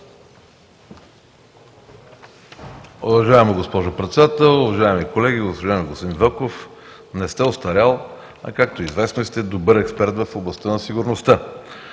Уважаема госпожо Председател, уважаеми колеги! Уважаеми господин Велков, не сте остарял, а както е известно сте добър експерт в областта на сигурността,